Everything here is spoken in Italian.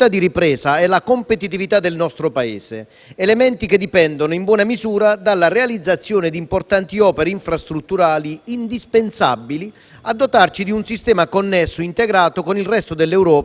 Con questi presupposti chiedo al Ministro quale sia la data certa di conclusione dei lavori da parte della struttura tecnica incaricata dal Ministero delle infrastrutture e dei trasporti di effettuare l'analisi costi-benefici sulle grandi opere infrastrutturali;